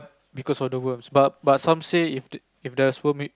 because of the worms but but some say if the the sperm egg